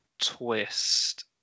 twist